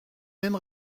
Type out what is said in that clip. mêmes